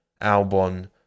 Albon